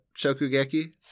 Shokugeki